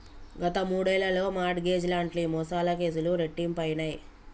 గత మూడేళ్లలో mortgage లాంటి మోసాల కేసులు రెట్టింపయినయ్